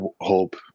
hope